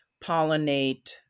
pollinate